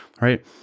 right